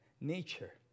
nature